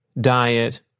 diet